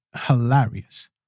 hilarious